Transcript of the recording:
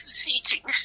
seating